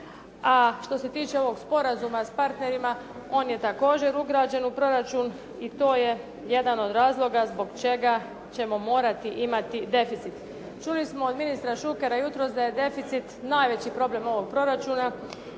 a što se tiče ovog sporazuma s partnerima on je također ugrađen u proračun i to je jedan od razloga zbog čega ćemo morati imati deficit. Čuli smo od ministra Šukera jutros da je deficit najveći problem ovog proračuna